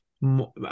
more